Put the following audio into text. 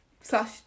slash